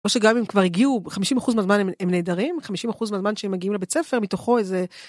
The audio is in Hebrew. או שגם אם כבר הגיעו, 50% מהזמן הם נהדרים, 50% מהזמן שהם מגיעים לבית הספר מתוכו איזה...